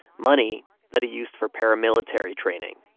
money that he used for paramilitary training.